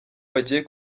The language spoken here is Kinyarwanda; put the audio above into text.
bagiye